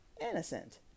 innocent